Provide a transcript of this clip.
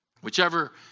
whichever